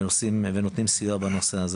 ונותנים סיוע בענין הזה.